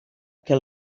que